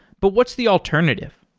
but what's the alternative?